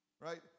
right